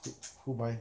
eh who buy